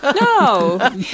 No